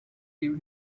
give